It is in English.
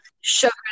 Sugar